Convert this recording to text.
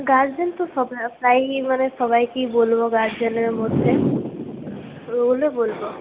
guardian তো সব প্রায়ই মানে সবাইকেই বলব গার্জেনের মধ্যে ওগুলো বলব